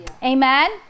amen